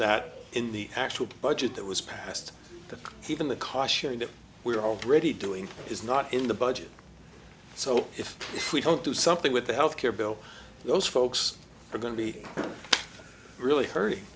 that in the actual budget that was passed to even the caution that we're already doing is not in the budget so if we don't do something with the health care bill those folks are going to be really hurt